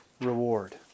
reward